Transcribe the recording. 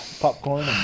Popcorn